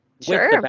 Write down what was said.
Sure